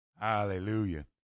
Hallelujah